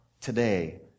today